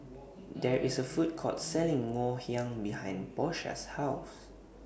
There IS A Food Court Selling Ngoh Hiang behind Porsha's House